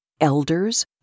elders